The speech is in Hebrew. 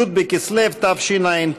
י' בכסלו התשע"ט,